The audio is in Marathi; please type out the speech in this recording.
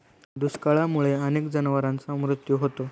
दुष्काळामुळे अनेक जनावरांचा मृत्यू होतो